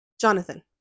Jonathan